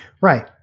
Right